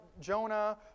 Jonah